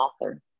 author